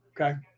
Okay